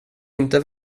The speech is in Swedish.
inte